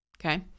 Okay